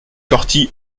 corty